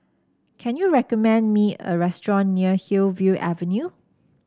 can you recommend me a restaurant near Hillview Avenue